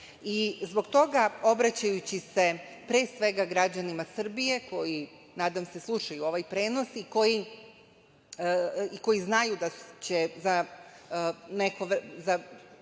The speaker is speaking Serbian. toga, obraćajući se pre svega građanima Srbije, koji nadam se slušaju ovaj prenos i koji znaju da će za